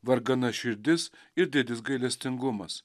vargana širdis ir didis gailestingumas